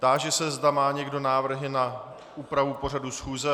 Táži se, zda má někdo návrhy na úpravu pořadu schůze.